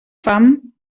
fam